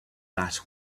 that